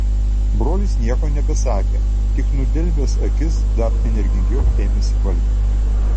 brolis nieko nebesakė tik nudelbęs akis dar energingiau ėmėsi valgio